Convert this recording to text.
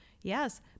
yes